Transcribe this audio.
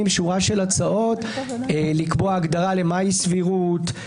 שורה של הצעות לקבוע הגדרה למה היא סבירות,